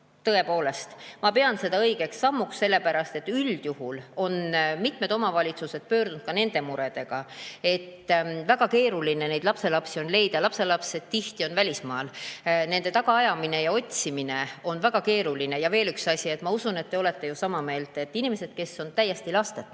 Tõepoolest, ma pean seda õigeks sammuks, sellepärast et mitmed omavalitsused on pöördunud ka nende muredega, et väga keeruline on neid lapselapsi leida. Lapselapsed on tihti välismaal, nende tagaajamine ja otsimine on väga keeruline. Veel üks asi. Ma usun, et te olete ju sama meelt, et nende inimeste kulud, kes on täiesti lasteta,